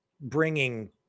bringing